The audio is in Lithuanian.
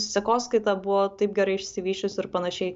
sekoskaita buvo taip gerai išsivysčius ir panašiai